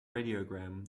radiogram